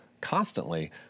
constantly